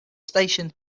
station